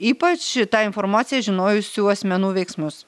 ypač tą informaciją žinojusių asmenų veiksmus